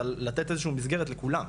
אבל לתת איזושהי מסגרת לכולם.